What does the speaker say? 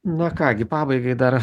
na ką gi pabaigai dar